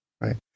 Right